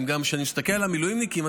כשאני מסתכל על המילואימניקים,